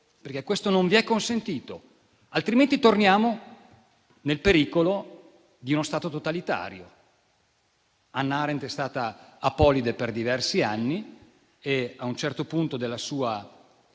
Questo non vi è consentito, altrimenti torniamo al pericolo di uno Stato totalitario. Hannah Arendt è stata apolide per diversi anni. A un certo punto della sua